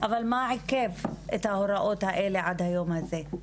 אבל מה עיכב את ההוראות האלה עד היום הזה?